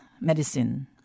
medicine